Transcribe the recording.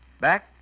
back